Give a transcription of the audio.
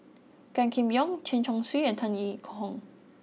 Gan Kim Yong Chen Chong Swee and Tan Yee Hong